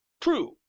true,